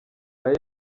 aya